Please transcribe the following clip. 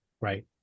Right